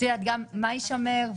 רציתי לדעת מה יישמר,